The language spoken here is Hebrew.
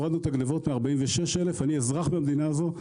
אני אזרח במדינה הזו,